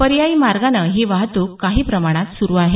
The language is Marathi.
पर्यायी मार्गानं ही वाहतूक काही प्रमाणात सुरू आहे